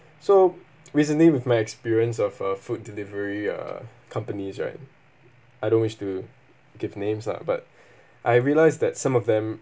so recently with my experience of a food delivery uh companies right I don't wish to give names lah but I realize that some of them